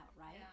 right